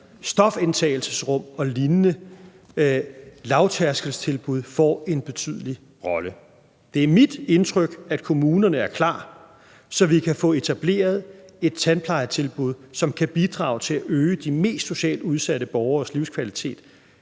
stofindtagelsesrum og lignende lavtærskeltilbud får en betydelig rolle. Det er mit indtryk, at kommunerne er klar, så vi kan få etableret et tandplejetilbud, som kan bidrage til at øge de mest socialt udsatte borgeres livskvalitet